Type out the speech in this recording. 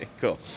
Cool